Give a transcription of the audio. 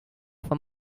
for